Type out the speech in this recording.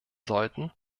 sollten